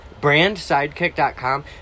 Brandsidekick.com